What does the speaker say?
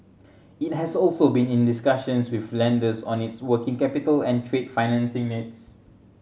it has also been in discussions with lenders on its working capital and trade financing needs